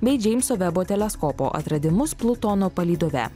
bei džeimso vebo teleskopo atradimus plutono palydove